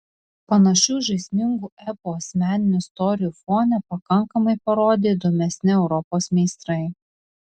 panašių žaismingų epų asmeninių istorijų fone pakankamai parodė įdomesni europos meistrai